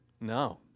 No